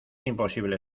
imposible